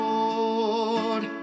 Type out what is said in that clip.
Lord